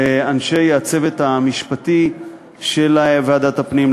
לאנשי הצוות המשפטי של ועדת הפנים,